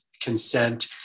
consent